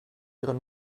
ihre